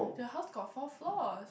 their house got four floors